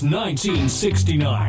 1969